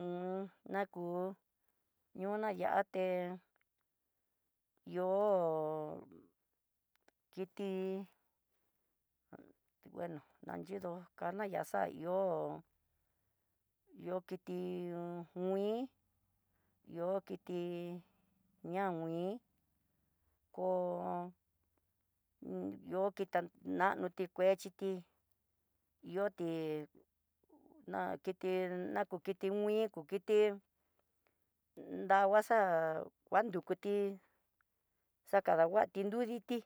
naku yona yate, ihó kiti bueno nayido kanayaxaió, yo kiti nguin ihó kit yami'i, koo yokite nanoti kuechiti yo kiti ná kiti naku kiti mi'í, iin ku kiti nangua xa'á nguan duti xakanguati nrudiiti